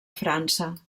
frança